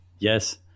Yes